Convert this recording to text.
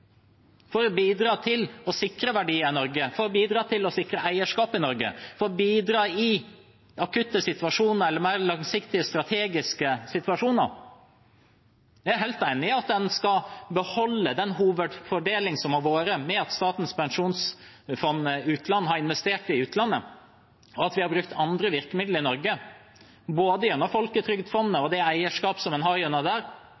for å bidra til å sikre verdier i Norge, for å bidra til å sikre eierskap i Norge, for å bidra i akutte situasjoner eller mer langsiktige strategiske situasjoner. Jeg er helt enig i at en skal beholde den hovedfordelingen som har vært, med at Statens pensjonsfond utland har investert i utlandet, og at vi har brukt andre virkemidler i Norge, både gjennom folketrygdfondet